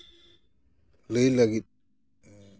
ᱞᱟᱹᱭ ᱞᱟᱹᱜᱤᱫ